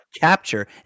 capture